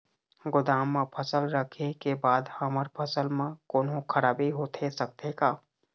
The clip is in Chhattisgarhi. गोदाम मा फसल रखें के बाद हमर फसल मा कोन्हों खराबी होथे सकथे का?